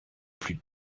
plus